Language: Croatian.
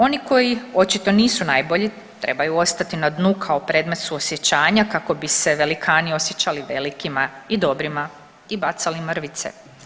Oni koji očito nisu najbolji, trebaju ostati na dnu kao predmet suosjećanja kako bi se velikani osjećali velikima i dobrima i bacali mrvice.